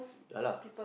yeah lah